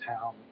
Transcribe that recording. town